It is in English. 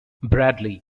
bradley